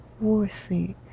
worthy